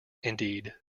indeed